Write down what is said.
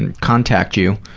and contact you,